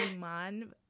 Man